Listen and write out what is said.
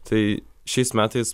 tai šiais metais